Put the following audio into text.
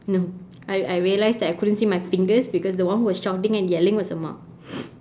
no I I realised that I couldn't see my fingers because the one who was shouting and yelling was amma